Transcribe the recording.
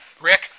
Rick